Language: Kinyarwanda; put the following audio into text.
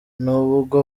nubwo